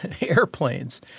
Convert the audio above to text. airplanes